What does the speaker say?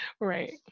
Right